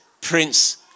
Prince